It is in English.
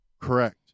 correct